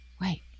wait